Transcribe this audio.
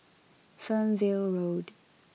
Fernvale Road